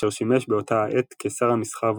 אשר שימש באותה העת כשר המסחר והתעשייה,